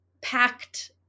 packed